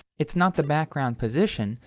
it's not the background position,